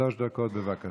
שלוש דקות, בבקשה.